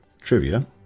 trivia